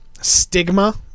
stigma